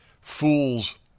Fools